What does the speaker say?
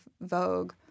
Vogue